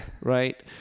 Right